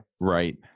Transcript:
Right